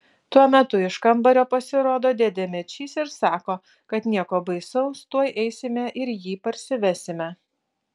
tuo metu iš kambario pasirodo dėdė mečys ir sako kad nieko baisaus tuoj eisime ir jį parsivesime